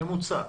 ממוצע.